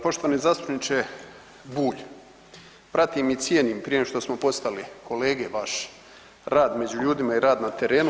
Poštovani zastupniče Bulj, pratim i cijenim prije nego što smo postali kolege vaš rad među ljudima i rad na terenu.